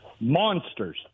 Monsters